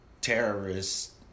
terrorists